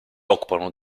occupano